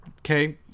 Okay